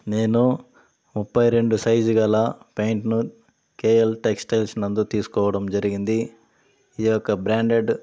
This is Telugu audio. నేను ముప్పై రెండు సైజు గల ప్యాంటును కేఎల్ టెక్స్టైల్స్ నందు తీసుకోవడం జరిగింది ఈ యొక్క బ్రాండేడ్